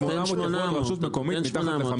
800 לכל רשות מקומית מתחת לחמש,